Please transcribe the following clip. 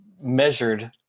measured